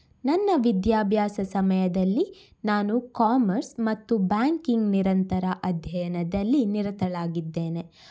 ನನ್ನ ವಿದ್ಯಾಭ್ಯಾಸ ಸಮಯದಲ್ಲಿ ನಾನು ಕಾಮರ್ಸ್ ಮತ್ತು ಬ್ಯಾಂಕಿಂಗ್ ನಿರಂತರ ಅಧ್ಯಯನದಲ್ಲಿ ನಿರತಳಾಗಿದ್ದೇನೆ